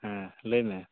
ᱦᱮᱸ ᱞᱟᱹᱭ ᱢᱮ